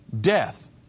death